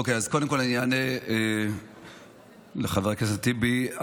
קודם כול אני אענה לחבר הכנסת טיבי.